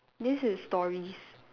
this is stories